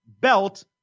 belt